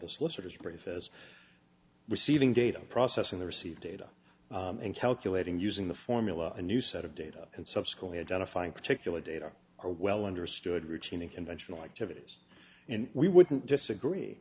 solicitor's brief as receiving data processing the received data in calculating using the formula a new set of data and subsequently identifying particular data are well understood routine in conventional activities and we wouldn't disagree